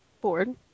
board